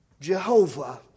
jehovah